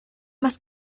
más